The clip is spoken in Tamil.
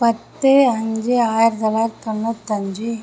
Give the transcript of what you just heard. பத்து அஞ்சு ஆயிரத்தி தொள்ளாயிரத்தி தொண்ணூத்தஞ்சு